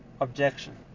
objection